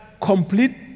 complete